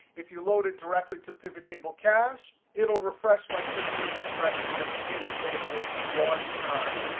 if you load it directly to pivot table cache it'll refresh by simply refreshing the pivot table one time.